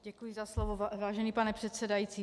Děkuji za slovo, vážený pane předsedající.